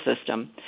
system